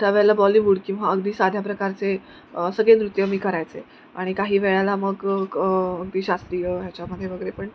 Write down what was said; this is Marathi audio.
त्यावेळेला बॉलीवूड किंवा अगदी साध्या प्रकारचे सगळे नृत्यं मी करायचे आणि काही वेळेला मग अगदी शास्त्रीय ह्याच्यामध्ये वगैरे पण